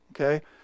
okay